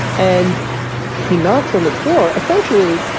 and he knocks on the door. essentially,